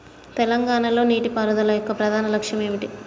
తెలంగాణ లో నీటిపారుదల యొక్క ప్రధాన లక్ష్యం ఏమిటి?